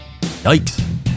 Yikes